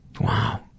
wow